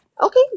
Okay